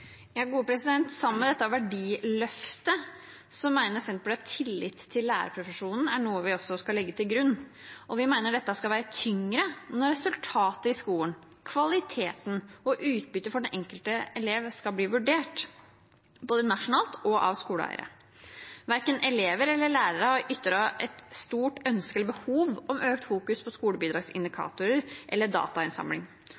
Sammen med dette verdiløftet mener Senterpartiet at tillit til lærerprofesjonen er noe vi også skal legge til grunn, og vi mener at dette skal veie tyngre når resultatet i skolen, kvaliteten og utbyttet for den enkelte elev skal bli vurdert, både nasjonalt og av skoleeiere. Verken elever eller lærere har ytret et stort ønske om eller behov for at det i større grad skal fokuseres på